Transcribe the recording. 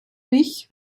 mich